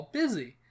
busy